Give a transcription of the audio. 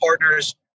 partners